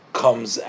comes